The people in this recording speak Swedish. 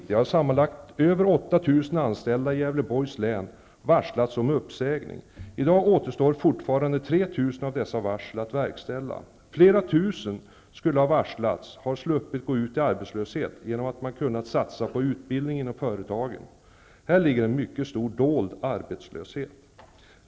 I dag återstår fortfarande 3 000 av dessa varsel att verkställa. Flera tusen som skulle ha varslats, har sluppit gå ut i arbetslöshet genom att man kunnat satsa på utbildning inom företagen. Här ligger en mycket stor dold arbetslöshet.